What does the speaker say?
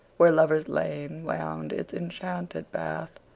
where lover's lane wound its enchanted path,